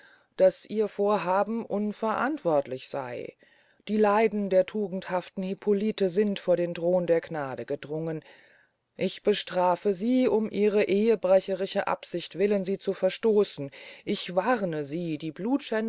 daß ihr vorhaben unverantwortlich sey die leiden der tugendhaften hippolite sind vor den thron der gnade gedrungen ich bestrafe sie um ihrer ehebrecherischen absicht willen sie zu verstoßen ich warne sie die